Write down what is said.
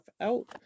out